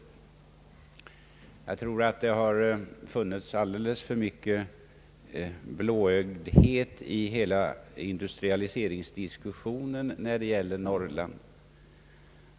Jag tror att det har funnits alldeles för mycket blåögdhet i diskussionen om Norrlands industrialisering.